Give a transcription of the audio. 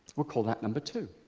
we'll call that number two.